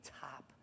top